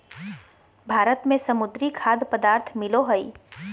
भारत में समुद्री खाद्य पदार्थ मिलो हइ